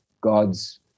God's